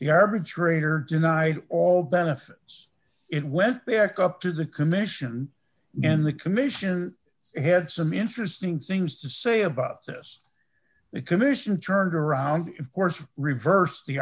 arbitrator denied all benefits it went back up to the commission and the commission had some interesting things to say about this the commission turned around of course reversed the